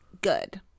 Good